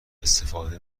استفاده